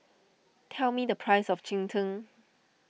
tell me the price of Cheng Tng